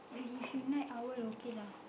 if you night owl okay lah